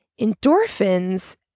Endorphins